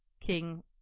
king